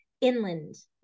inland